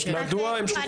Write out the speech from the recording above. של האירועים.